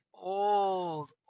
old